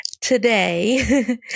today